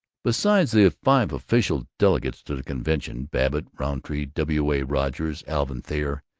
besides the five official delegates to the convention babbitt, rountree, w. a. rogers, alvin thayer,